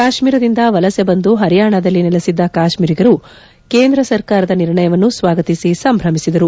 ಕಾಶ್ಮೀರದಿಂದ ವಲಸೆ ಬಂದು ಹರಿಯಾಣದಲ್ಲಿ ನೆಲೆಸಿದ್ದ ಕಾಶ್ಮೀರಿಗರು ಕೇಂದ್ರ ಸರಕಾರದ ನಿರ್ಣಯವನ್ನು ಸ್ವಾಗತಿಸಿ ಸಂಭ್ರಮಿಸಿದರು